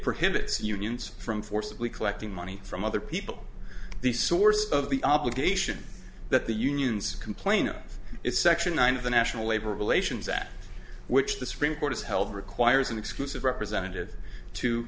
prohibits unions from forcibly collecting money from other people the source of the obligation that the unions complain of it's section nine of the national labor relations act which the supreme court has held requires an exclusive representative to